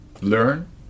learn